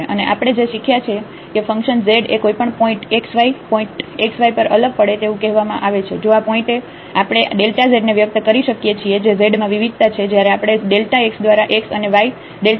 અને આપણે જે શીખ્યા છે કે ફંક્શન z એ કોઈ પણ પોઇન્ટએ x y point x y પર અલગ પડે તેવું કહેવામાં આવે છે જો આ પોઇન્ટએ આપણે આ z ને વ્યક્ત કરી શકીએ છીએ જે z માં વિવિધતા છે જ્યારે આપણે x દ્વારા x અને y y દ્વારા બદલીએ છીએ